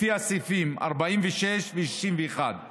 לפי סעיפים 46 ו-61,